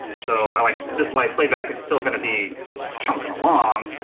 so like this live playback, it's still gonna be chunking along.